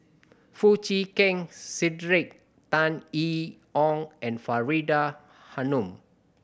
Foo Chee Keng Cedric Tan Yee Hong and Faridah Hanum